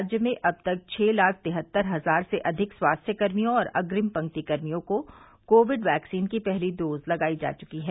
राज्य में अब तक छह लाख तिहत्तर हजार से अधिक स्वास्थ्य कर्मियों और अग्रिम पंक्ति कर्मियों को कोविड वैक्सीन की पहली डोज लगाई जा च्की है